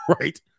right